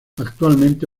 actualmente